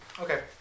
Okay